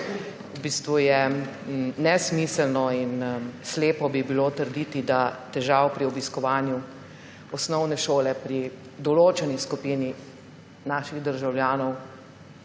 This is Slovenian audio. V bistvu je nesmiselno in slepo bi bilo trditi, da težav pri obiskovanju osnovne šole pri določeni skupini naših državljanov